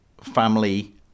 family